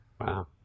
Wow